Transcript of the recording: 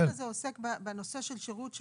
החוק הזה עוסק בנושא של שירות של